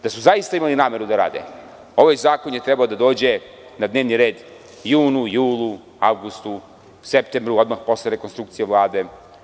Da su zaista imali nameru da rade, ovaj zakon je trebao da dođe na dnevni red u junu, julu, avgustu, septembru, odmah posle rekonstrukcije Vlade.